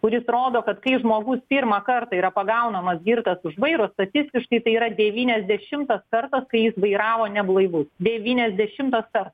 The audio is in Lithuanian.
kuris rodo kad kai žmogus pirmą kartą yra pagaunamas girtas už vairo statistiškai tai yra devyniasdešimtas kartas kai jis vairavo neblaivus devyniasdešimtas kartas